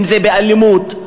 אם באלימות,